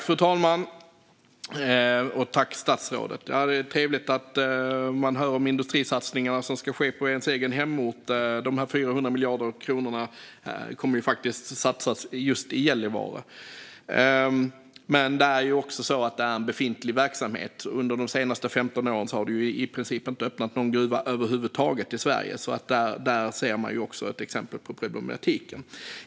Fru talman! Det är trevligt att höra om de industrisatsningar som ska ske på den egna hemorten - dessa 400 miljarder kronor kommer ju att satsas just i Gällivare - men det är också så att det är en befintlig verksamhet. Under de senaste 15 åren har det i princip inte öppnat någon gruva i Sverige över huvud taget. Där ser man alltså också ett exempel på problematiken.